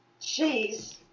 Jeez